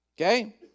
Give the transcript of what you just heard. Okay